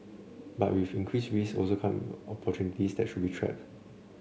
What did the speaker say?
but with increased risks also come opportunities that should be trapped